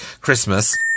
Christmas